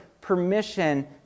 permission